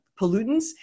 pollutants